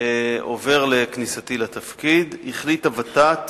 עובר לכניסתי לתפקיד, החליטה הות"ת